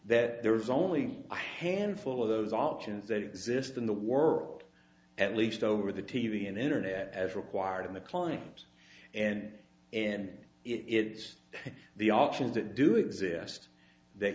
that there is only a handful of those options that exist in the world at least over the t v and internet as required in the climbs and in its the options that do exist th